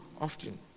often